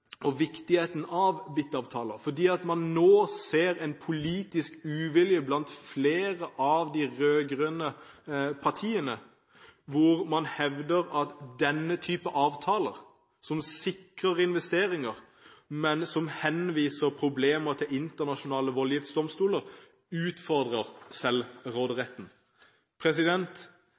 og viktigheten av BIT-avtaler, for man ser nå en politisk uvilje blant flere av de rød-grønne partiene når man hevder at denne type avtaler, som sikrer investeringer, men som henviser problemer til internasjonale voldgiftsdomstoler, utfordrer